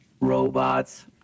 Robots